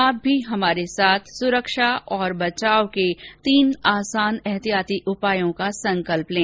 आप भी हमारे साथ सुरक्षा और बचाव के तीन आसान एहतियाती उपायों का संकल्प लें